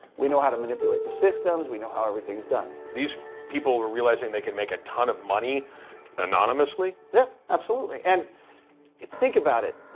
we know how to manipulate the systems. we know how everything's done. these people are realizing they can make a ton of money anonymously? yeah. absolutely. and think about it.